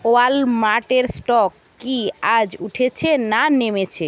ওয়ালমার্টের stock কি আজ উঠেছে না নেমেছে